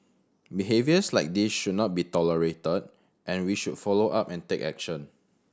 behaviours like this should not be tolerated and we should follow up and take action